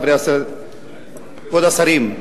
כבוד השרים,